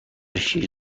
شیر